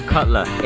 Cutler